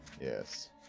Yes